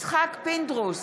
יצחק פינדרוס,